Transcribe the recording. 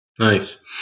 Nice